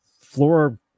floor